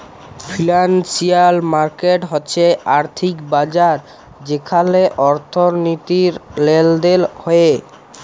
financial market হচ্যে আর্থিক বাজার যেখালে অর্থনীতির লেলদেল হ্য়েয়